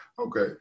Okay